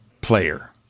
player